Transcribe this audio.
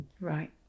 Right